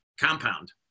compound